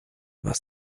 was